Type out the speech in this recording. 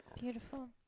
beautiful